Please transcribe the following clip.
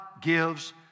gives